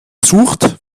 sucht